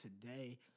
today